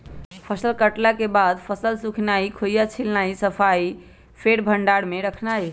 फसल कटला के बाद फसल सुखेनाई, खोइया छिलनाइ, सफाइ, फेर भण्डार में रखनाइ